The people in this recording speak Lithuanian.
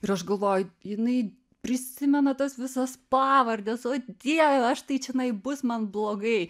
ir aš galvoju jinai prisimena tas visas pavardes o dieve o aš tai čionai bus man blogai